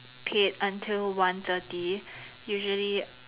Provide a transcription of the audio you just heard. paid until one thirty usually